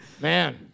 Man